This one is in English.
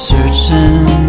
Searching